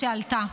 שעלתה,